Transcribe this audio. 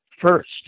first